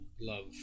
Love